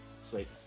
sweet